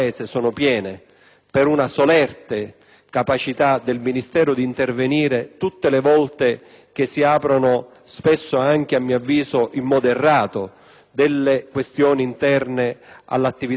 di una solerte capacità del Ministero d'intervenire ogni volta che si aprono, spesso a mio avviso in modo errato, questioni interne all'attività giudiziaria.